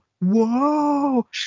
whoa